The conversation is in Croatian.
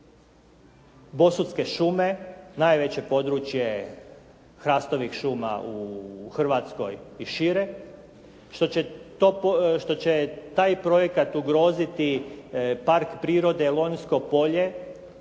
bosutske šume, najveće područje hrastovih šuma u Hrvatskoj i šire, što će taj projekat ugroziti Park prirode "Lonjsko polje"